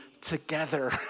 together